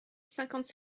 cinquante